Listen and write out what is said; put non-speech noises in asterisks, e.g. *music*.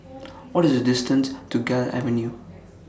*noise* What IS The distance to Gul Avenue *noise*